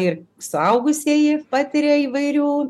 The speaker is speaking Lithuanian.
ir suaugusieji patiria įvairių